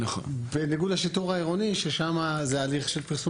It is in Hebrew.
בניגוד לשיטור העירוני ששם זה הליך של פרסום